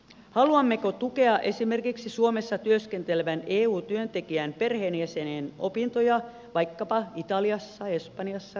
haluammeko tukea esimerkiksi suomessa työskentelevän eu työntekijän perheenjäsenen opintoja vaikkapa italiassa espanjassa kreikassa